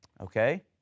okay